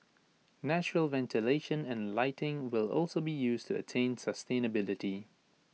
natural ventilation and lighting will also be used to attain sustainability